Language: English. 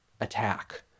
attack